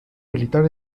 militar